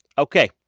ok.